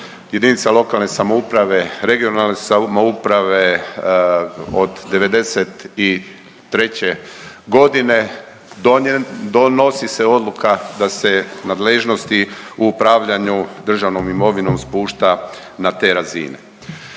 od osnivanja JLS, regionalne samouprave, od '93.g. donosi se odluka da se nadležnosti u upravljanju državnom imovinom spušta na te razine.